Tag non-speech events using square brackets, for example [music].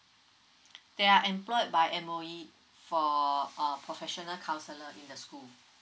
[noise] they're employed by M_O_E for uh professional counsellor in the school